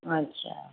अच्छा